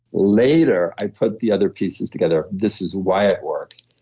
later, i put the other pieces together. this is why it works.